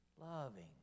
loving